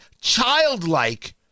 childlike